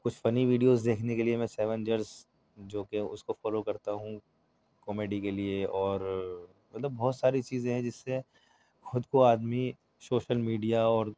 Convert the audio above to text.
کچھ funny videos دیکھنے کے لئے میں سیونجرس جو کہ اُس کو فالو کرتا ہوں کومیڈی کے لئے اور مطلب بہت ساری چیزیں ہیں جس سے خود کو آدمی سوشل میڈیا اور